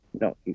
no